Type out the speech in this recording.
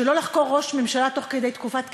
שלא לחקור ראש ממשלה תוך כדי תקופת כהונה,